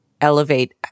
elevate